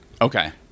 okay